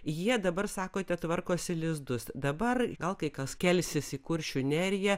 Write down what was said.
jie dabar sakote tvarkosi lizdus dabar gal kai kas kelsis į kuršių neriją